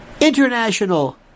international